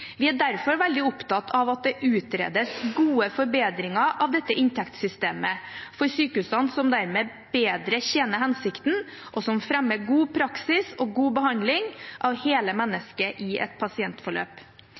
Vi er derfor veldig opptatt av at det utredes gode forbedringer av dette inntektssystemet for sykehusene, som dermed bedre tjener hensikten, og som fremmer god praksis og god behandling av hele